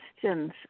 questions